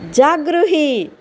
जागृहि